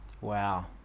Wow